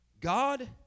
God